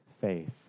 faith